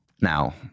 Now